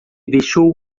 deixou